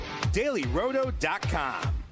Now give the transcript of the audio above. DailyRoto.com